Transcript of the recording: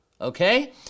Okay